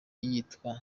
yitwa